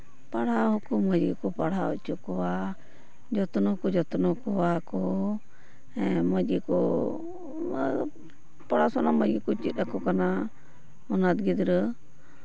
ᱯᱟᱲᱦᱟᱣ ᱦᱚᱸᱠᱚ ᱢᱚᱡᱽ ᱜᱮᱠᱚ ᱯᱟᱲᱦᱟᱣ ᱦᱚᱪᱚ ᱠᱚᱣᱟ ᱡᱚᱛᱱᱚ ᱦᱚᱸᱠᱚ ᱡᱚᱛᱱᱚ ᱠᱚᱣᱟ ᱠᱚ ᱦᱮᱸ ᱢᱚᱡᱽ ᱜᱮᱠᱚ ᱯᱳᱲᱟᱥᱳᱱᱟ ᱢᱚᱡᱽ ᱜᱮᱠᱚ ᱪᱮᱫ ᱟᱠᱚ ᱠᱟᱱᱟ ᱚᱱᱟᱛᱷ ᱜᱤᱫᱽᱨᱟᱹ